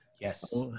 Yes